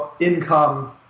income